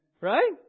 right